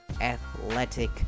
athletic